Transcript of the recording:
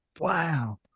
wow